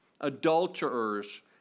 Adulterers